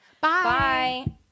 bye